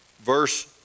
verse